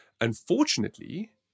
unfortunately